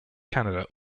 canada